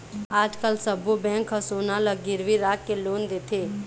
आजकाल सब्बो बेंक ह सोना ल गिरवी राखके लोन देथे